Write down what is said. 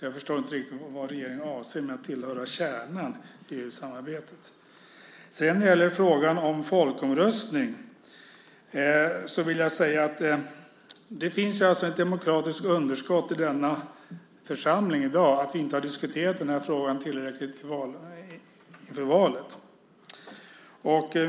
Jag förstår inte riktigt vad regeringen avser med att tillhöra "kärnan i det europeiska samarbetet". När det sedan gäller frågan om folkomröstning vill jag säga att det i dag finns ett demokratiskt underskott i denna församling genom att vi inte har diskuterat frågan tillräckligt inför valet.